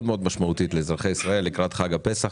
משמעותית לאזרחי ישראל לקראת חג הפסח,